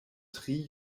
tri